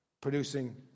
producing